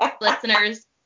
listeners